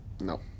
no